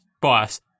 boss